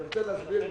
אני רוצה להסביר למה.